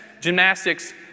gymnastics